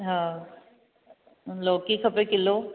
हा लोकी खपे किलो